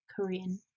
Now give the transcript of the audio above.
Korean